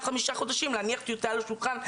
חמישה חודשים להניח טיוטה על השולחן,